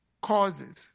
causes